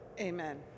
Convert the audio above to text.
Amen